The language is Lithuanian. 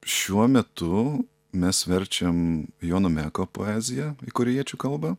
šiuo metu mes verčiam jono meko poeziją į korėjiečių kalbą